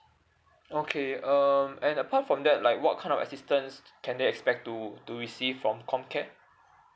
okay um and apart from that like what kind of assistance can they expect to to receive from comcare